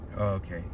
okay